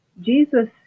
Jesus